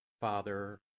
Father